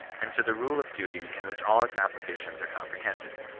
and to the rule of duty in which all its applications are compre hended.